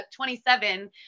27